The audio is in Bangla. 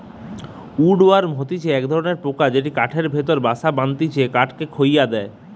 উড ওয়ার্ম হতিছে এক ধরণের পোকা যেটি কাঠের ভেতরে বাসা বাঁধটিছে কাঠকে খইয়ে দিয়া